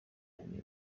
cyane